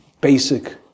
basic